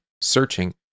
searching